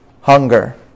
hunger